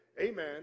Amen